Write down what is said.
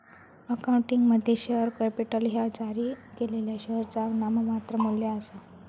अकाउंटिंगमध्ये, share capital ह्या जारी केलेल्या शेअरचा नाममात्र मू्ल्य आसा